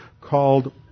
called